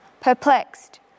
perplexed